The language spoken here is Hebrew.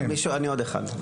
תן למישהו, אני עוד אחד.